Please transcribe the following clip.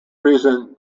reason